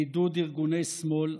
בעידוד ארגוני שמאל,